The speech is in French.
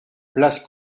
place